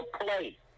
play